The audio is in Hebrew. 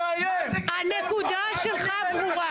הנקודה שלך ברורה.